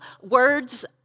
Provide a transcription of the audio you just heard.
words